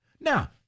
Now